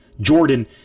Jordan